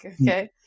Okay